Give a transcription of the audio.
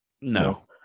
no